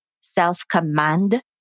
self-command